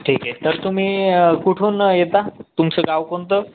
ठीक आहे तर तुम्ही कुठून येता तुमचं गाव कोणतं